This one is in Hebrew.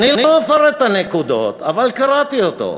אני לא אפרט את הנקודות, אבל קראתי אותו.